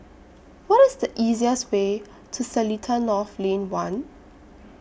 What IS The easiest Way to Seletar North Lane one